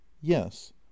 yes